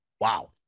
Wow